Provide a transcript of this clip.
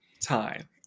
time